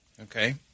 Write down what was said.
Okay